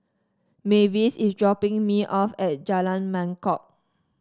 Mavis is dropping me off at Jalan Mangkok